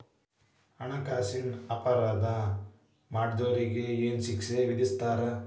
ಹಣ್ಕಾಸಿನ್ ಅಪರಾಧಾ ಮಾಡ್ದೊರಿಗೆ ಏನ್ ಶಿಕ್ಷೆ ವಿಧಸ್ತಾರ?